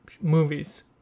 movies